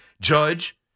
Judge